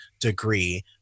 degree